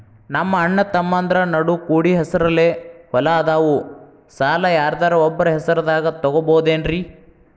ನಮ್ಮಅಣ್ಣತಮ್ಮಂದ್ರ ನಡು ಕೂಡಿ ಹೆಸರಲೆ ಹೊಲಾ ಅದಾವು, ಸಾಲ ಯಾರ್ದರ ಒಬ್ಬರ ಹೆಸರದಾಗ ತಗೋಬೋದೇನ್ರಿ?